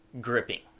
gripping